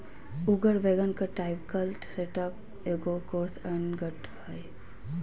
उगर वैगन का typical setup एगो कोर्स अंगठ हइ